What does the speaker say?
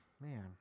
man